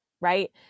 right